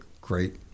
great